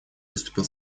выступил